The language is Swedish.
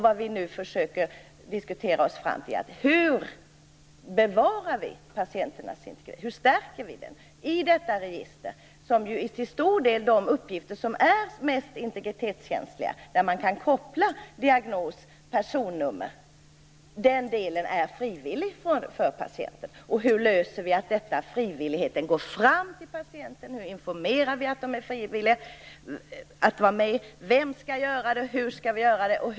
Vad vi nu försöker att diskutera oss fram till är: Hur bevarar och stärker vi patienternas integritet i detta register, som till stor del innehåller de uppgifter som är mest integritetskänsliga, dvs. att man kan koppla diagnos till personnummer? Den delen är frivillig för patienten. Hur informerar vi om att det är frivilligt att vara med i registret? Vem skall informera om detta? Hur skall det gå till?